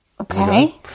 Okay